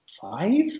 five